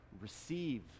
Receive